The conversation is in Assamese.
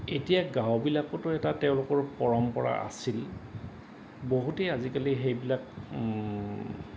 এতিয়া গাঁওবিলাকতো এটা তেওঁলোকৰ পৰম্পৰা আছিল বহুতেই আজিকালি সেইবিলাক